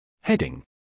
Heading